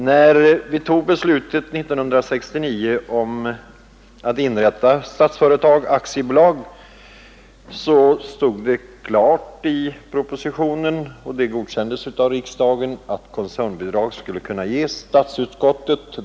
När vi år 1969 fattade beslutet om att inrätta Statsföretag AB skrevs klart i propositionen — och det godkändes av riksdagen — att koncernbidrag skulle kunna ges.